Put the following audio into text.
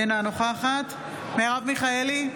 אינה נוכחת מרב מיכאלי,